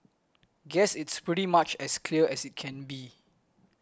guess it's pretty much as clear as it can be